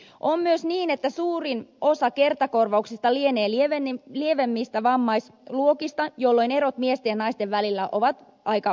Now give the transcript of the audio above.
on myös niin että suurin osa kertakorvauksista lienee lievemmistä vammaisluokista jolloin erot miesten ja naisten välillä ovat aika marginaalisia